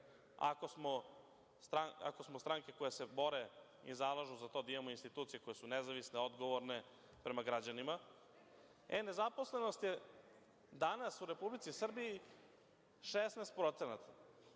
ako smo stranke koje se bore i zalažu za to da imamo institucije koje su nezavisne, odgovorne prema građanima, nezaposlenost je danas u Republici Srbiji 16%, a